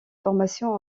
formation